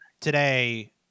today